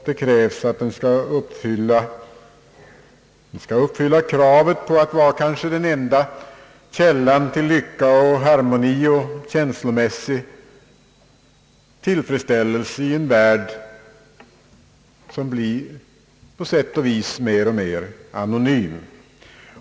Det krävs att den skall vara en källa till lycka, harmoni och känslomässig tillfredsställelse i en värld som på sätt och vis blir mer och med anonym.